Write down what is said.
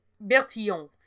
Bertillon